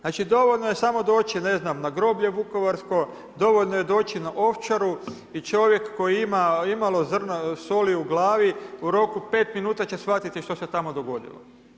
Znači dovoljno je samo doći, ne znam, na groblje Vukovarsko, dovoljno je doći na Ovčaru i čovjek koji ima imalo soli u glavi, u roku 5 minuta će shvatiti što se tamo dogodilo.